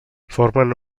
formen